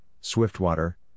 Swiftwater